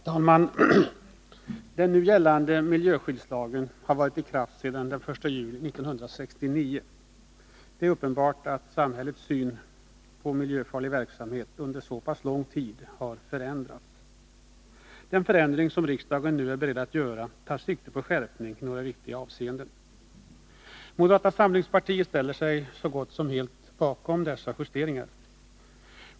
Herr talman! Den nu gällande miljöskyddslagen har varit i kraft sedan den 1 juli 1969. Det är uppenbart att samhällets syn på miljöfarlig verksamhet under så pass lång tid har förändrats. Den förändring som riksdagen nu är beredd att göra tar sikte på skärpning i några viktiga avseenden. Moderata samlingspartiet ställer sig så gott som helt bakom dessa justeringar.